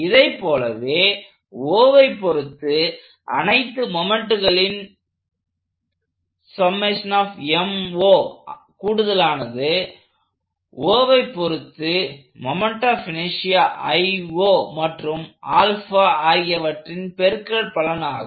இதை போலவே Oவை பொருத்து அனைத்து மொமெண்ட்களின் கூடுதலானது Oவை பொருத்து மொமெண்ட் ஆப் இனெர்ஷியா மற்றும் ஆகியவற்றின் பெருக்கல் பலனாகும்